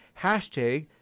Hashtag